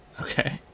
Okay